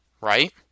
right